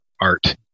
art